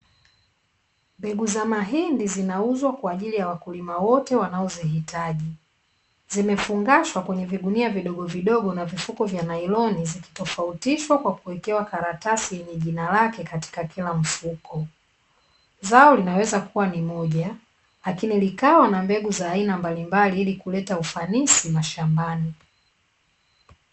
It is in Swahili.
Mbegu za mahindi zinauzwa kwa ajili ya wakulima wote wanazozihitaji. Zimefungashwa kwenye vigunia vidogovidogo na vifuko vya nailoni zikitofautishwa kwa kuwekewa karatasi yenye jina lake katika kila mfuko. Zao linaweza kuwa moja lakini likawa na mbegu za aina mbalimbali ili kuleta ufanisi mashambani.